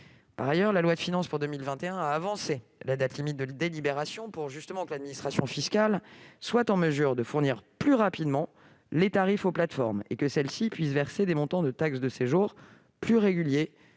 Deuxièmement, la loi de finances pour 2021 a avancé la date limite de délibération, précisément pour que l'administration fiscale soit en mesure de fournir plus rapidement les tarifs aux plateformes, afin que celles-ci puissent verser des montants de taxe de séjour plus réguliers